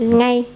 ngay